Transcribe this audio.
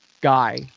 guy